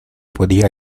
podía